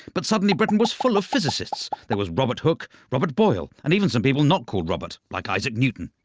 but suddenly britain was full of physicists, there was robert hooke, robert boyle, and even some people not called robert, like isaac newton.